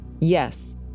Yes